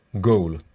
goal